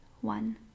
one